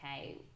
okay